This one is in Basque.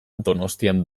donostian